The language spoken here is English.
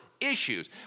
issues